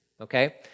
okay